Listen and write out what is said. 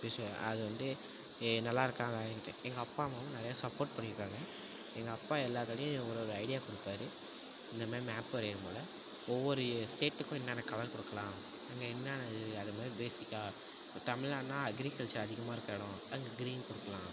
எப்படி சொ அது வந்து நல்லா இருக்கா அப்படின்ட்டு எங்கள் அப்பா அம்மாவும் நிறையா சப்போர்ட் பண்ணிருக்காங்க எங்கள் அப்பா எல்லா தடவையும் ஒரு ஒரு ஐடியா கொடுப்பாரு இந்த மாரி மேப் வரையும் போது ஒவ்வொரு ஸ்டேட்டுக்கும் என்னென்ன கலர் கொடுக்கலாம் அங்கே என்னென்னா இது அதை மாதிரி பேஸிக்காக இப்போ தமிழ்நாடுன்னா அக்ரிகல்ச்சர் அதிகமாக இருக்கிற இடோம் அதுக்கு க்ரீன் கொடுக்குலாம்